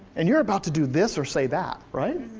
and you're about to do this or say that, right?